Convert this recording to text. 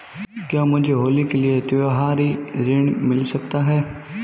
क्या मुझे होली के लिए त्यौहारी ऋण मिल सकता है?